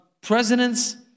presidents